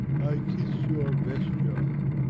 i kiss your vesture.